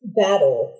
battle